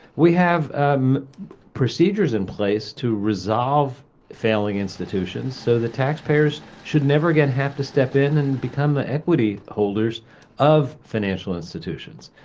we have ah um procedures in place to resolve failing institutions so the taxpayers should never again have to step in and become the equity holders of financial institutions.